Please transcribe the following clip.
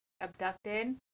abducted